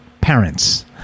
parents